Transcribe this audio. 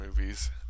movies